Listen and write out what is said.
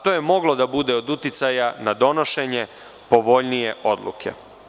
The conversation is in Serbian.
To je moglo da bude od uticaja na donošenje povoljnije odluke.